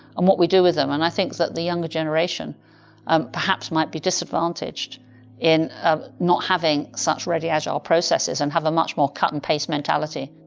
and what we do with them, and i think that the younger generation um perhaps might be disadvantaged in ah not having such ready agile processes and have a much more cut-and-paste mentality.